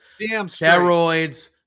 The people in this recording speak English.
steroids